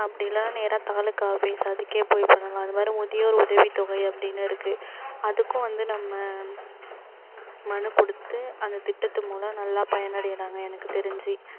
அப்படி இல்லைன்னா நேராக தாலுக்கா ஆஃபிஸ் அதுக்கே போய் பண்ணலாம் இது மாதிரி முதியோர் உதவித்தொகை அப்படின்னு இருக்குது அதுக்கும் வந்து நம்ம மனு கொடுத்து அந்த திட்டத்து மூலம் நல்லா பயனடைகிறாங்க எனக்கு தெரிஞ்சு